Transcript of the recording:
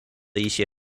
一些